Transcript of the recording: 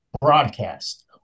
broadcast